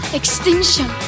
extinction